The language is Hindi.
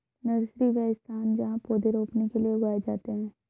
नर्सरी, वह स्थान जहाँ पौधे रोपने के लिए उगाए जाते हैं